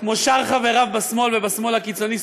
כמו שאר חבריו בשמאל ובשמאל הקיצוני,